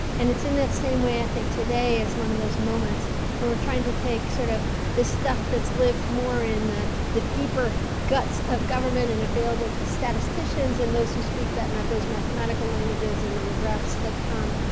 and it's in that same way i think today as one of those moments where we're trying to take sort of this stuff that's lived more in the the deeper guts of government and available to statisticians and those who speak that those mathematical languages and then the graphs that come.